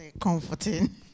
comforting